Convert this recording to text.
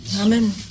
Amen